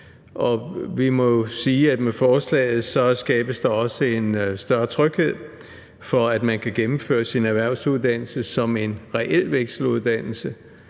og vi må jo sige, at med forslaget skabes der også en større tryghed for, at man kan gennemføre sin erhvervsuddannelse som en reel vekseluddannelse.